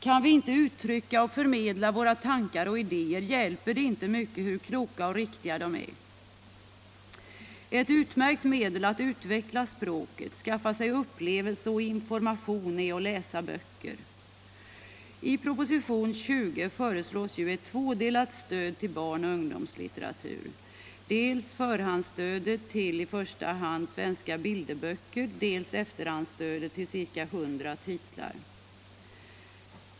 Kan vi inte uttrycka och förmedla våra tankar och idéer, hjälper det inte mycket hur kloka och riktiga de är. Ett utmärkt medel att utveckla språket, skaffa sig upplevelser och få information är att läsa böcker. I propositionen 20 föreslås ju ett tvådelat stöd till barnoch ungdomslitteratur: dels förhandsstödet till i första hand svenska bilderböcker, dels efterhandsstödet till ca 100 titlar.